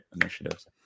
initiatives